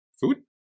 food